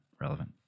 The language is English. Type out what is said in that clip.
relevant